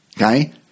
Okay